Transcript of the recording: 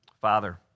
Father